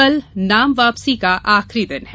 कल नाम वापसी का आखिरी दिन है